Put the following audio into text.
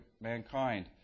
mankind